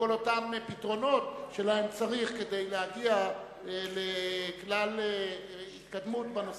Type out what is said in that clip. ובכל אותם פתרונות שצריך להם כדי להגיע לכלל התקדמות בנושא.